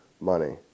money